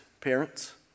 Parents